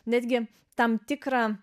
netgi tam tikrą